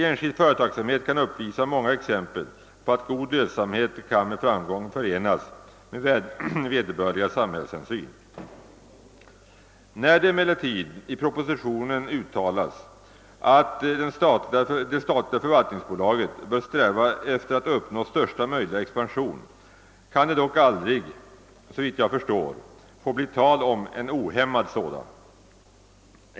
Enskild företagsamhet kan uppvisa många exempel på att god lönsamhet med framgång kan förenas med vederbörliga samhällshänsyn. När det emellertid i propositionen uttalas att det statliga förvaltningsbolaget bör sträva efter att uppnå största möjliga expansion kan det dock aldrig, så vitt jag förstår, få bli tal om en ohämmad sådan.